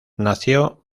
nació